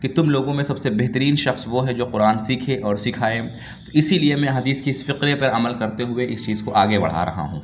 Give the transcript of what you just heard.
کہ تم لوگوں میں سب سے بہترین شخص وہ ہے جو قرآن سیکھے اور سکھائے اِسی لیے میں حدیث کی اِس فِقے پہ عمل کرتے ہوئے اِس چیز کو آگے بڑھا رہا ہوں